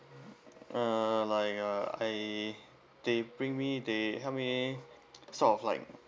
uh like uh I they bring me they help me sort of like